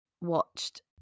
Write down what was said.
watched